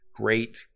great